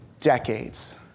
decades